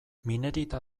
minerita